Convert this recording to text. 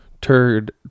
turd